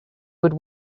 would